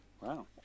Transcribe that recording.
wow